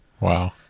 Wow